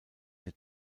der